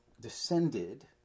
descended